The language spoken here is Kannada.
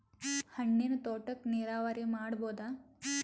ಹಣ್ಣಿನ್ ತೋಟಕ್ಕ ನೀರಾವರಿ ಮಾಡಬೋದ?